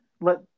let